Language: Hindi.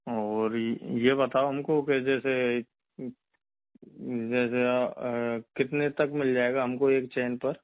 और ये बताओ हमको के जैसे जैसे कितने तक मिल जायेगा हम को एक चेन पर